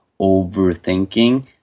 overthinking